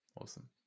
Awesome